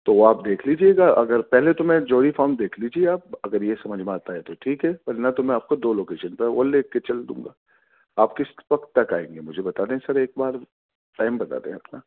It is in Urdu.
تو وہ آپ دیکھ لیجیے گا اگر پہلے تو میں جوہری فام دیکھ لیجیے آپ اگر یہ سمجھ میں آتا ہے تو ٹھیک ہے ورنہ تو میں آپ کو دو لوکیشن پہ اور لے کے چل دوں گا آپ کس وقت تک آئیں گے مجھے بتادیں سر ایک بار ٹائم بتا دیں اپنا